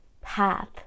path